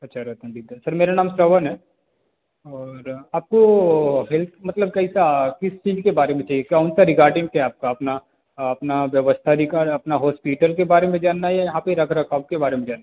अच्छा सर मेरा नाम श्रवण है और आपको हेल्प मतलब कैसा किस चीज़ के बारे में चाहिए कौन सा रिगार्डिंग क्या है आपका अपना अपना व्यवस्था अधिकार अपना हॉस्पिटल के बारे में जानना है या यहाँ पर रख रखाव के बारे में जानना